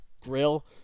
grill